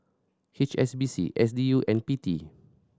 H S B C S D U and P T